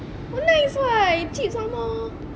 nice [what] cheap somemore